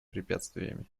препятствиями